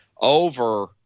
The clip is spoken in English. over